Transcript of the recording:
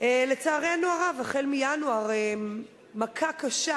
לצערנו הרב, החל מינואר מכה קשה